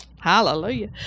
Hallelujah